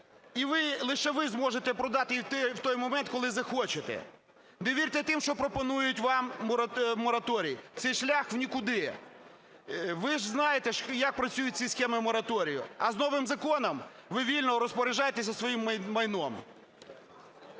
І ви, лише ви зможете продати її в той момент, коли захочете. Не вірте тим, що пропонують вам мораторій, це шлях в нікуди. Ви ж знаєте, як працюють ці схеми в мораторію. А з новим законом ви вільно розпоряджаєтеся своїм майном.